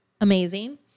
amazing